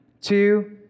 two